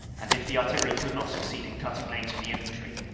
and if the artillery could not succeed in cutting lanes for the infantry,